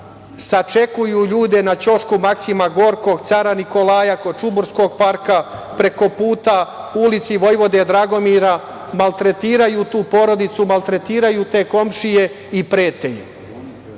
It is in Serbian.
sačekuju ljude na ćošku Maksima Gorkog, Cara Nikolaja kod Čuburskog parka, prekoputa ulici Vojvode Dragomira, maltretiraju tu porodicu, maltretiraju te komšije i prete